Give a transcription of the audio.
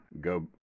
go